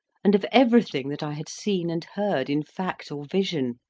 and of everything that i had seen and heard in fact or vision.